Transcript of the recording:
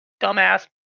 dumbass